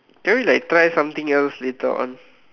can we like try something else later on